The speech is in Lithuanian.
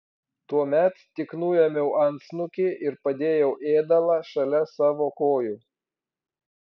tuomet tik nuėmiau antsnukį ir padėjau ėdalą šalia savo kojų